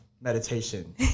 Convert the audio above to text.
meditation